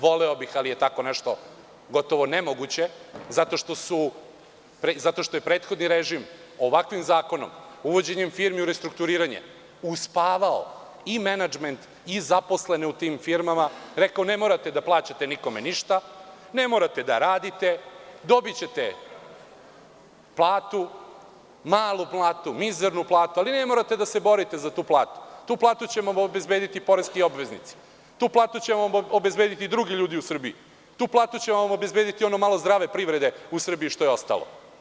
Voleo bih, ali je tako nešto gotovo nemoguće, zato što je prethodni režim ovakvim zakonom, uvođenjem firmi u restrukturiranje, uspavao i menadžment i zaposlene u tim firmama, rekao - ne morate da plaćate nikome ništa, ne morate da radite, dobićete platu, malu platu, mizernu platu, ali ne morate da se borite za tu platu, tu platu će vam obezbediti poreski obveznici, tu platu će vam obezbediti drugi ljudi u Srbiji, tu platu će vam obezbediti ono malo zdrave privrede u Srbiji što je ostalo.